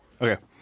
Okay